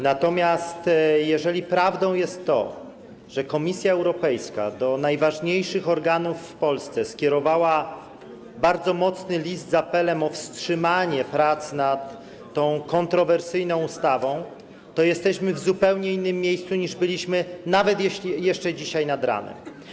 Natomiast jeżeli prawdą jest to, że Komisja Europejska skierowała do najważniejszych organów w Polsce bardzo mocny list z apelem o wstrzymanie prac nad tą kontrowersyjną ustawą, to jesteśmy w zupełnie innym miejscu, niż byliśmy nawet jeszcze dzisiaj nad ranem.